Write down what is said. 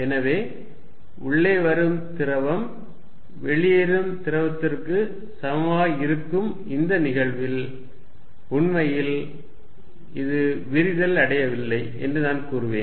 எனவே உள்ளே வரும் திரவம் வெளியேறும் திரவத்திற்கு சமமாக இருக்கும் இந்த நிகழ்வில் உண்மையில் இது விரிதல் அடையவில்லை என்று நான் கூறுவேன்